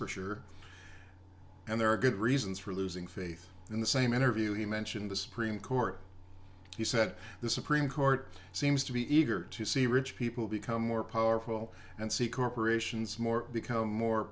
for sure and there are good reasons for losing faith in the same interview he mentioned the supreme court he said the supreme court seems to be eager to see rich people become more powerful and see corporations more become more